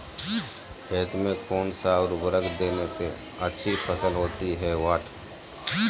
खेत में कौन सा उर्वरक देने से अच्छी फसल होती है?